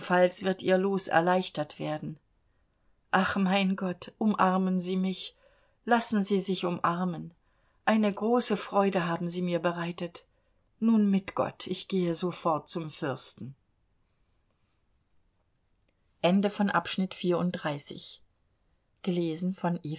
wird ihr los erleichtert werden ach mein gott umarmen sie mich lassen sie sich umarmen eine große freude haben sie mir bereitet nun mit gott ich gehe sofort zum fürsten